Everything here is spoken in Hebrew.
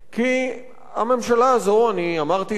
אני אמרתי את דעתי והיא לא חדשה לכם,